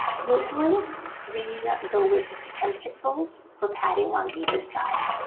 usually we go with ten pixels for padding on either side.